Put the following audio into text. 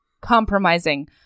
compromising